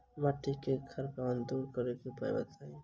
माटि केँ खड़ापन दूर करबाक की उपाय थिक?